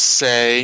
say